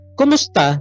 kumusta